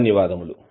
ధన్యవాదములు